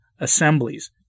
assemblies